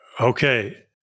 Okay